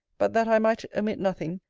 but that i might omit nothing,